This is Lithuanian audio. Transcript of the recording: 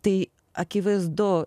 tai akivaizdu